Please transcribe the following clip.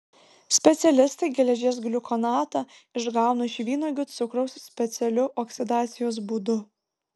specialistai geležies gliukonatą išgauna iš vynuogių cukraus specialiu oksidacijos būdu